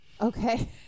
okay